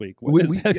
week